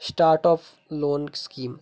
startup loan scheme